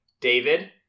David